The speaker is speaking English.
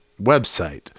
website